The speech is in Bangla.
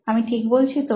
আমি ঠিক বলছি তো